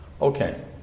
Okay